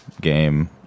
game